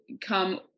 come